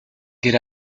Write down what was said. get